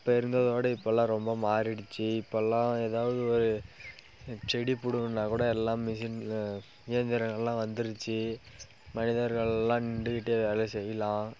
அப்போ இருந்ததோட இப்பெல்லாம் ரொம்ப மாறிடுச்சு இப்பெல்லாம் எதாவது ஒரு செடி பிடுங்குனுனாகுட எல்லாம் மிஷின்ல இயந்திரங்கள்லாம் வந்துருச்சு மனிதர்கள்லாம் நின்றுகிட்டே வேலை செய்யலான்